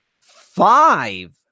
five